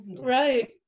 Right